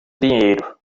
dinheiro